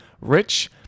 rich